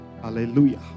Hallelujah